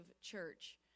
church